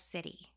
City